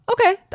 Okay